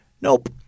Nope